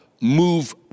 move